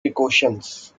precautions